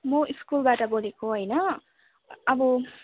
म स्कुलबाट बोलेको होइन अब